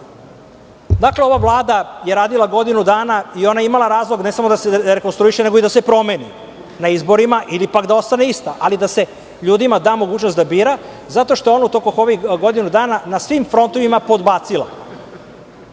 zakona. Ova Vlada je radila godinu dana i ona je imala razlog ne samo da se rekonstruiše, nego i da se promeni na izborima, ili, pak, da ostane ista, ali da se ljudima da mogućnost da biraju, zato što je ona tokom ovih godinu dana na svim frontovima podbacila.